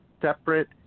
separate